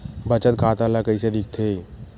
बचत खाता ला कइसे दिखथे?